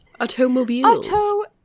Automobiles